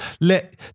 let